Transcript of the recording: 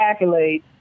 accolades